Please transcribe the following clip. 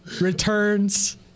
returns